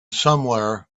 somewhere